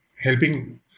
helping